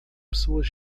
pessoas